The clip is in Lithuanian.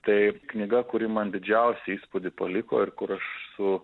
tai knyga kuri man didžiausią įspūdį paliko ir kur aš su